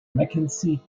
mackenzie